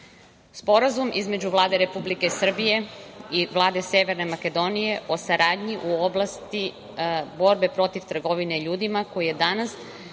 Sporazum između Vlade Republike Srbije i Vlade Severne Makedonije o saradnji u oblasti borbe protiv trgovine ljudima koji je danas